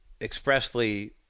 expressly